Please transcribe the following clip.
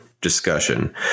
discussion